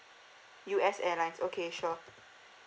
U_S airlines okay sure